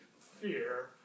fear